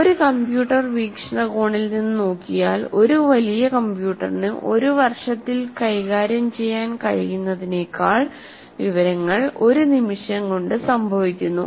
ഒരു കമ്പ്യൂട്ടർ വീക്ഷണകോണിൽ നിന്ന് നോക്കിയാൽ ഒരു വലിയ കമ്പ്യൂട്ടറിന് ഒരു വർഷത്തിൽ കൈകാര്യം ചെയ്യാൻ കഴിയുന്നതിനേക്കാൾ വിവരങ്ങൾ ഒരു നിമിഷം കൊണ്ട് സംഭവിക്കുന്നു